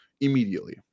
immediately